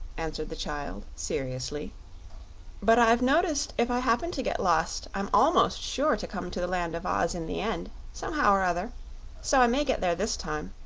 answered the child, seriously but i've noticed if i happen to get lost i'm almost sure to come to the land of oz in the end, somehow r other so i may get there this time.